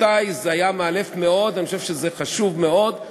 אתה בכל זאת רוצה להתייחס?